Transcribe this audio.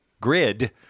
Grid